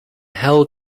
hell